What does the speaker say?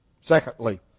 Secondly